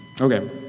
okay